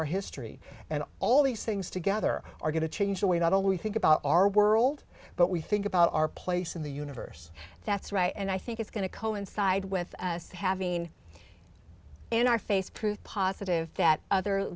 our history and all these things together are going to change the way not only we think about our world but we think about our place in the universe that's right and i think it's going to coincide with us having in our face proof positive that other